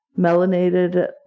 melanated